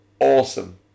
awesome